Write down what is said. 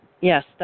Yes